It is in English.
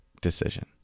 decision